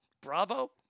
Bravo